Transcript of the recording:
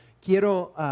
quiero